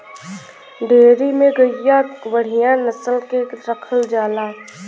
dairy में गइया बढ़िया नसल के रखल जाला